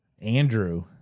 Andrew